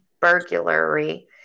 burglary